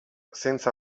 senza